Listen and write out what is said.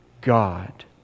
God